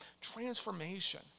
Transformation